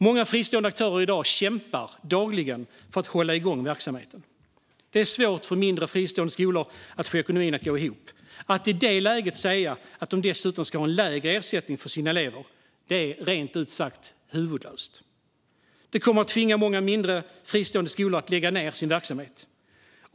Många fristående aktörer kämpar dagligen med att hålla igång verksamheten. Det är svårt för fristående mindre skolor att få ekonomin att gå ihop. Att i det läget säga att de dessutom ska ha en lägre ersättning för sina elever är rent ut sagt huvudlöst. Det kommer att tvinga många fristående mindre skolor att lägga ned sin verksamhet.